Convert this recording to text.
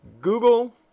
Google